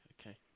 Okay